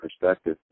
perspective